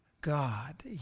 God